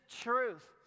truth